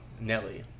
Nelly